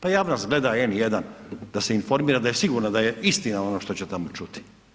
Pa javnost gleda N1 da se informira, da je sigurno, da je istina ono što će tamo čuti.